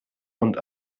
und